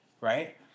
right